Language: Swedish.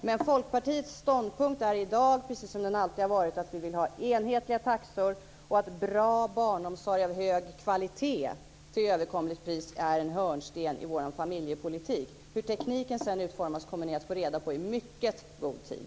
Men Folkpartiets ståndpunkt är i dag precis som den alltid har varit att vi vill ha enhetliga taxor och att bra barnomsorg av hög kvalitet till överkomligt pris är en hörnsten i vår familjepolitik. Hur tekniken sedan utformas kommer ni att få reda på i mycket god tid.